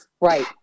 Right